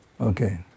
Okay